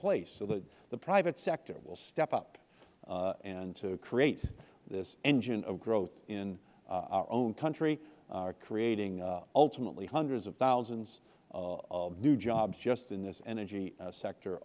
place so that the private sector will step up and create this engine of growth in our own country creating ultimately hundreds of thousands of new jobs just in this energy sector